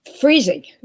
freezing